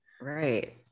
right